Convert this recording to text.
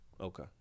Okay